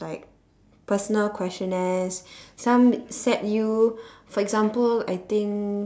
like personal questionnaires some set you for example I think